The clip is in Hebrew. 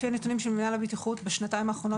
לפי הנתונים של מינהל הבטיחות בשנתיים האחרונות